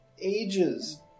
ages